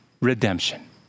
redemption